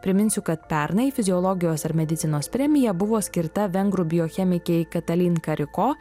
priminsiu kad pernai fiziologijos ir medicinos premija buvo skirta vengrų biochemikei katalin kariko